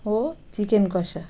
ও chicken কষা